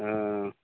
ہاں